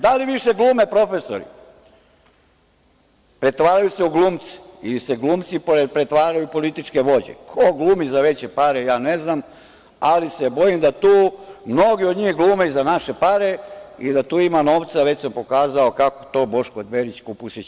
Da li više glume profesori, pretvaraju se u glumce, ili se glumci pretvaraju u političke vođe, ko glumi za veće pare, ja ne znam, ali se bojim da tu mnogi od njih glume i za naše pare i da tu ima novca, već sam pokazao kako to Boško Dverić Kupusić radi.